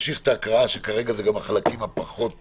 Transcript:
נמשיך את ההקראה, שכרגע אלו החלקים הפחות